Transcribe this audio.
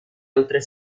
altre